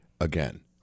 again